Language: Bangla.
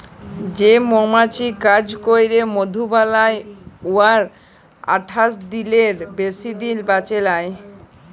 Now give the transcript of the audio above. যে মমাছি কাজ ক্যইরে মধু বালাই উয়ারা আঠাশ দিলের বেশি বাঁচে লায়